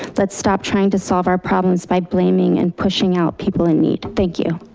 let's stop trying to solve our problems by blaming and pushing out people in need, thank you.